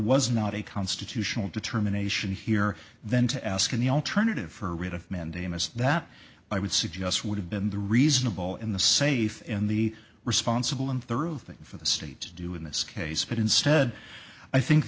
was not a constitutional determination here then to ask an alternative for a writ of mandamus that i would suggest would have been the reasonable in the safe in the responsible and thorough thing for the state to do in this case but instead i think